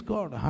God